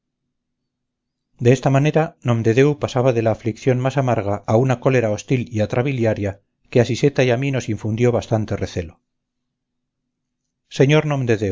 de esta manera nomdedeu pasaba de la aflicción más amarga a una cólera hostil y atrabiliaria que a siseta y a mí nos infundió bastante recelo sr